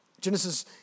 Genesis